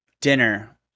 dinner